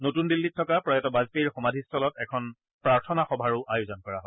নতুন দিল্লীত থকা প্ৰয়াত বাজপেয়ীৰ সমাধিস্থলত এখন প্ৰাৰ্থনা সভাৰো আয়োজন কৰা হয়